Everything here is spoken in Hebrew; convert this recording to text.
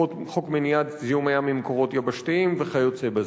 חוק מניעת זיהום הים ממקורות יבשתיים וכיוצא בזה.